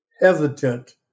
hesitant